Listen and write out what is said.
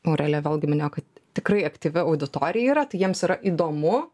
aurelija vėlgi minėjo kad tikrai aktyvi auditorija yra tai jiems yra įdomu